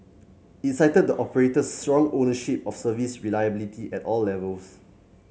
it cited the operator's strong ownership of service reliability at all levels